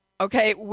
Okay